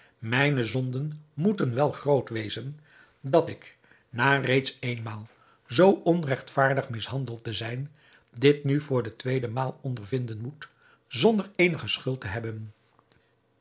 mijne zonden moeten wel groot wezen dat ik na reeds éénmaal zoo onregtvaardig mishandeld te zijn dit nu voor de tweede maal ondervinden moet zonder eenige schuld te hebben